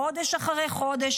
חודש אחרי חודש,